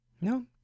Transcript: no